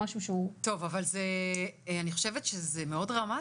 טוב, אבל אני חושבת שזה מאוד דרמטי,